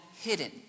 hidden